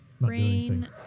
brain